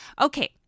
Okay